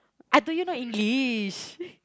I told you not English